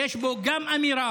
שיש בו גם אמירה,